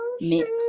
Mix